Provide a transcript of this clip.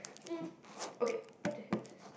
mm okay what the hell is this